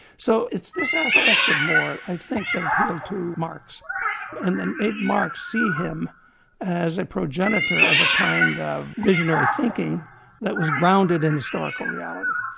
so it's this aspect of more i think that appealed to marx and and made marx see him as a progenitor of a kind of visionary thinking that was grounded in historical reality.